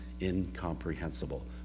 incomprehensible